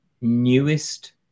newest